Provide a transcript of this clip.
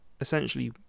essentially